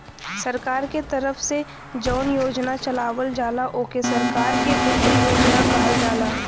सरकार के तरफ से जौन योजना चलावल जाला ओके सरकार क वित्त योजना कहल जाला